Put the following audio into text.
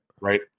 right